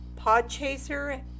Podchaser